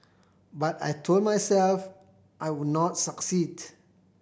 but I told myself I would not succeed